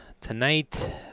tonight